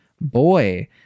boy